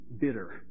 bitter